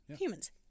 Humans